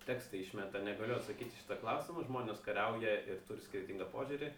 tekstą išmeta negaliu atsakyt į šitą klausimą žmonės kariauja ir turi skirtingą požiūrį